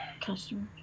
Customer